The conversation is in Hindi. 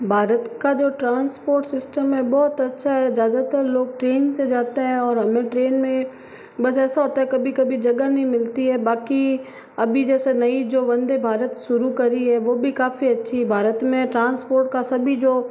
भारत का जो ट्रांसपोर्ट सिस्टम है बहुत अच्छा है ज़्यादातर लोग ट्रेन से जाते हैं और हमें ट्रेन में बस ऐसा होता है कभी कभी जगह नहीं मिलती है बाकी अभी जैसे नई जो वन्दे भारत शुरू करी है वो भी काफ़ी अच्छी है भारत मे ट्रांसपोर्ट का सभी जो